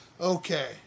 Okay